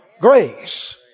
Grace